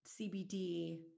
CBD